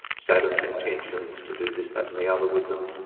saddam's intentions to do this, that and the other with them.